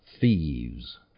thieves